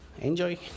Enjoy